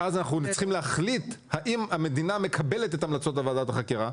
ואז אנחנו צריכים להחליט האם המדינה מקבלת את המלצות ועדת החקירה?